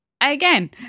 again